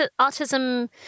autism